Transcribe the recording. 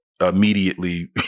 immediately